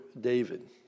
David